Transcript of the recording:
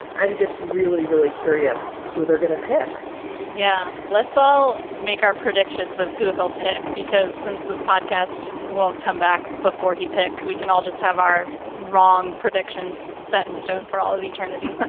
i'm just really, really curious who they're going to pick yeah. let's all make our predictions of who he'll pick, because since this podcast won't come back before he picks, we can all just have our wrong predictions set in stone for all of eternity.